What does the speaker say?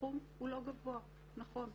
הסכום הוא לא גבוה, נכון.